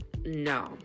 no